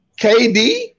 KD